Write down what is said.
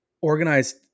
organized